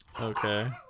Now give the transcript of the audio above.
Okay